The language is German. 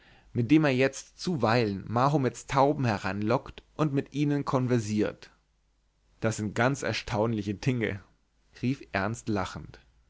mit dem er jetzt zuweilen mahomeds tauben heranlockt und mit ihnen konversiert das sind ganz erstaunliche dinge rief ernst lachend